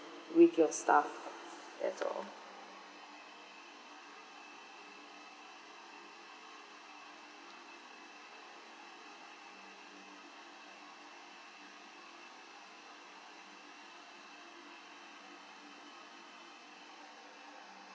with your staff that's all